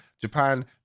japan